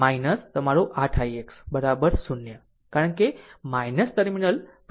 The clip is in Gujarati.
આમ તે પછી હશે તમારું 8 ix 0 કારણ કે ટર્મિનલ પ્રથમની વિરુધ છે